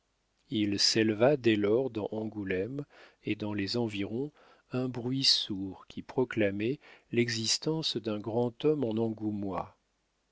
il s'éleva dès lors dans angoulême et dans les environs un bruit sourd qui proclamait l'existence d'un grand homme en